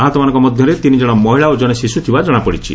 ଆହତମାନଙ୍କ ମଧ୍ୟରେ ତିନିକଣ ମହିଳା ଓ ଜଶେ ଶିଶୁ ଥିବା ଜଶାପଡ଼ିଛି